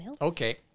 Okay